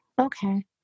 okay